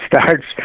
starts